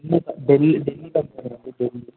del Dell company అండి del